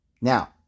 Now